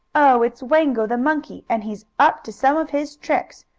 oh, it's wango, the monkey, and he's up to some of his tricks!